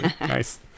nice